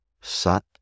Sat